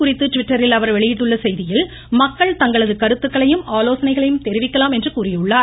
குறித்து ட்விட்டரில் அவர் வெளியிட்டுள்ள செய்தியில் மக்கள் தங்களது இது கருத்துக்களையும் ஆலோசனைகளையும் தெரிவிக்கலாம் என்று கூறியுள்ளார்